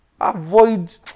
Avoid